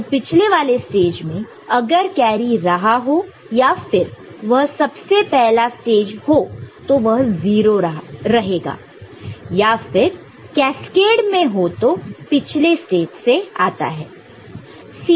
तो पिछले वाले स्टेज में अगर कैरी रहा हो या फिर वह सबसे पहला स्टेज हो तो वह 0 रहेगा या फिर कैस्केड में हो तो पिछले स्टेज से आता है